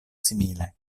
simile